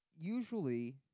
usually